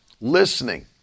listening